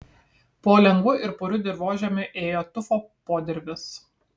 po lengvu ir puriu dirvožemiu ėjo tufo podirvis